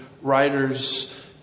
writers